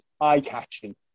eye-catching